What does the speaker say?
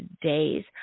days